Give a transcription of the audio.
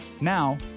Now